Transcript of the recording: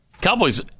Cowboys